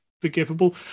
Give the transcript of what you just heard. forgivable